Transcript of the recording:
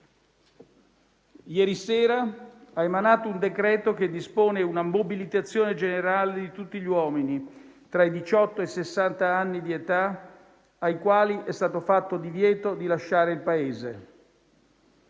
Ieri sera ha emanato un decreto che dispone una mobilitazione generale di tutti gli uomini tra i diciotto e i sessant'anni di età, ai quali è stato fatto divieto di lasciare il Paese.